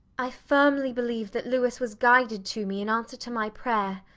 i firmly believe that louis was guided to me in answer to my prayer.